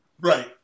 right